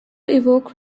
evoke